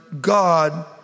God